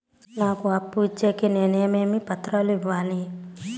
నాకు అప్పు ఇచ్చేకి నేను ఏమేమి పత్రాలు ఇవ్వాలి